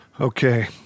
Okay